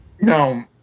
No